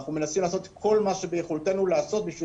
אנחנו מנסים לעשות כל מה שביכולתנו לעשות כדי